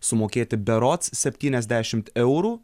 sumokėti berods septyniasdešimt eurų